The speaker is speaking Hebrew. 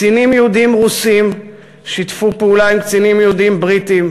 קצינים יהודים רוסים שיתפו פעולה עם קצינים יהודים בריטים